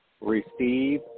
receive